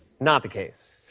not the case.